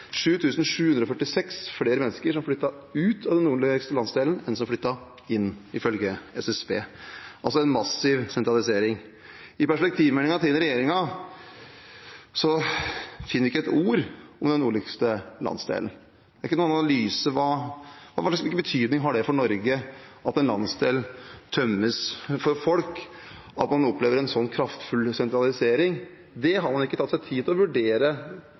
flere mennesker som flyttet ut av den nordligste landsdelen, enn som flyttet inn, ifølge SSB – altså en massiv sentralisering. I perspektivmeldingen til regjeringen finner vi ikke ett ord om den nordligste landsdelen. Det er ikke noen analyse av hva slags betydning det har for Norge at en landsdel tømmes for folk, at man opplever en sånn kraftfull sentralisering. Dette har man ikke tatt seg tid til å vurdere